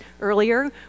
earlier